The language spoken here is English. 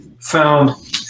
found